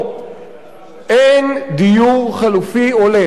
אין דיור חלופי הולם.